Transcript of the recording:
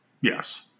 Yes